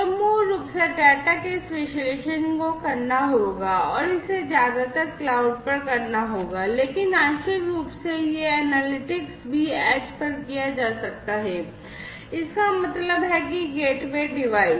तो मूल रूप से डेटा के इस विश्लेषण को करना होगा और इसे ज्यादातर क्लाउड पर करना होगा लेकिन आंशिक रूप से यह एनालिटिक्स भी edge पर किया जा सकता है इसका मतलब है कि गेटवे डिवाइस